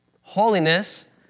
Holiness